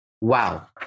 wow